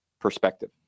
perspective